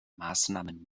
maßnahmen